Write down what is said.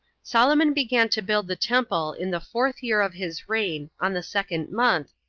solomon began to build the temple in the fourth year of his reign, on the second month,